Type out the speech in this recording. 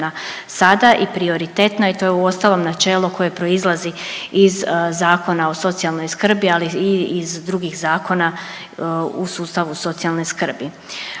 sada i prioritetno i to je uostalom načelo koje proizlazi iz Zakona o socijalnoj skrbi, ali i iz drugih zakona u sustavu socijalne skrbi.